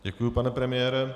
Děkuji, pane premiére.